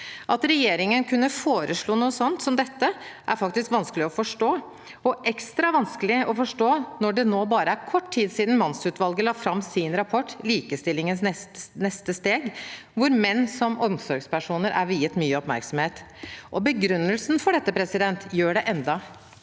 At regjeringen kunne foreslå noe som dette, er faktisk vanskelig å forstå, og det er ekstra vanskelig å forstå når det er så kort tid siden mannsutvalget la fram sin rapport, Likestillingens neste steg, hvor menn som omsorgspersoner er viet mye oppmerksomhet. Begrunnelsen for det gjør det hele enda